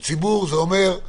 הציבור זה אומר,